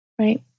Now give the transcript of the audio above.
right